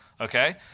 Okay